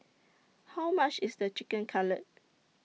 How much IS The Chicken Cutlet